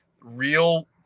real